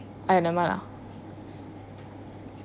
!aiya! nevermind lah